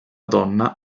donna